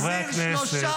חברי הכנסת,